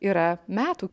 yra metų